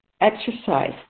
Exercise